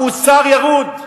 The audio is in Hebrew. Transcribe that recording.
המוסר ירוד.